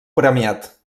premiat